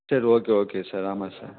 சரி okay okay sir ஆமாம் sir